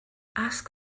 ask